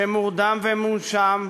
שמורדם ומונשם,